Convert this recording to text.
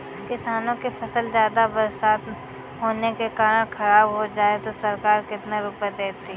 किसानों की फसल ज्यादा बरसात होने के कारण खराब हो जाए तो सरकार कितने रुपये देती है?